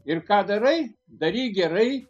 ir ką darai daryk gerai